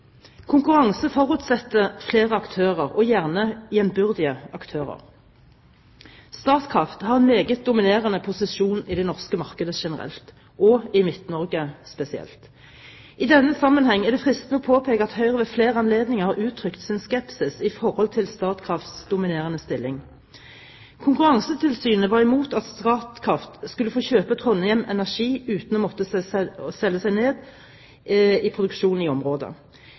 Konkurranse forutsetter flere aktører – gjerne jevnbyrdige aktører. Statkraft har en meget dominerende posisjon i det norske markedet generelt, og i Midt-Norge spesielt. I denne sammenheng er det fristende å påpeke at Høyre ved flere anledninger har uttrykt sin skepsis til Statkrafts dominerende stilling. Konkurransetilsynet var imot at Statkraft skulle få kjøpe Trondheim Energi uten å måtte selge seg ned i produksjon i